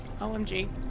OMG